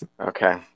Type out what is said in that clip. Okay